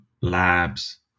labs